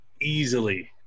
easily